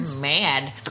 Mad